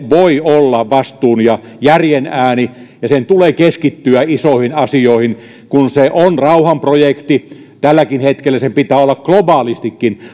voi olla vastuun ja järjen ääni ja sen tulee keskittyä isoihin asioihin kun se on rauhanprojekti tälläkin hetkellä sen pitää olla globaalistikin